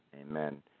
amen